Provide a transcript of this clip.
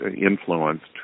influenced